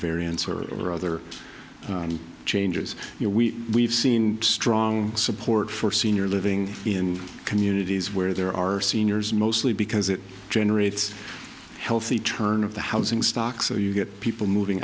variance or other changes we we've seen strong support for senior living in communities where there are seniors mostly because it generates a healthy turn of the housing stock so you get people moving